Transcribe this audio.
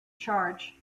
charge